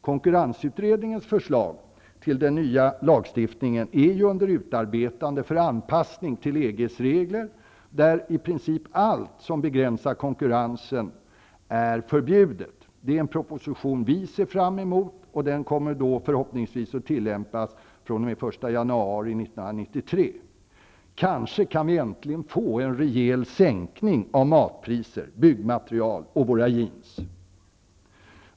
Konkurrensutredningens förslag till ny lagstiftning är ju under utarbetande för anpassning till EG:s regler, där i princip allt som begränsar konkurrensen är förbjudet. Förslagen i denna proposition, som vi ser fram emot, kommer förhoppningsvis att kunna äga tillämpning fr.o.m. den 1 januari 1993. Kanske kan vi äntligen få en rejäl sänkning av priserna på mat, byggmaterial och jeans.